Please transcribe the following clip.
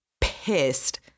pissed